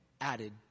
Added